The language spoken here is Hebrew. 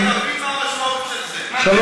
תן להם את הזכויות שלהם.